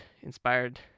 inspired